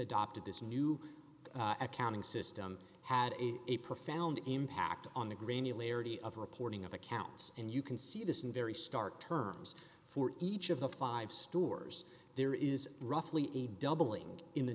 adopted this new accounting system had a profound impact on the green tea of reporting of accounts and you can see this in very stark terms for each of the five stores there is roughly a doubling in the